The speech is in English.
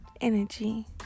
Energy